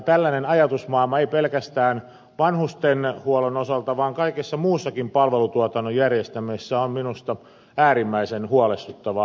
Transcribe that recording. tällainen ajatusmaailma ei pelkästään vanhustenhuollon osalta vaan kaikessa muussakin palvelutuotannon järjestämisessä on minusta äärimmäisen huolestuttava ajatusmalli